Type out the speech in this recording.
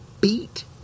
beat